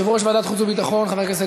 יושב-ראש ועדת החוץ והביטחון חבר הכנסת